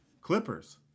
Clippers